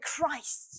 Christ